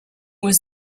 was